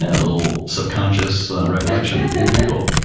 ah little subconscious recollection would be cool.